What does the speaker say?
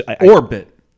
orbit